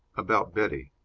about betty.